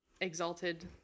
exalted